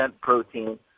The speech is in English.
protein